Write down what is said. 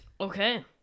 Okay